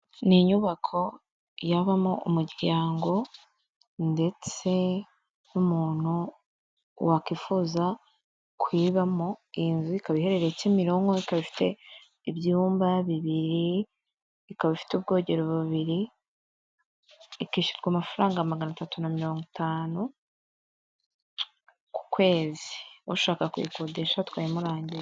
Ni inyubako yabamo umuryango ndetse n’umuntu wakwifuza kuyibamo. Iyi nzu ikaba iherereye kimironko, ika ifite ibyumba bibiri, ikaba ifite ubwogero bubiri. Ikishyurwa amafaranga magana atatu na mirongo itanu ku kwezi, ushaka kuyikodesha twayimurangi.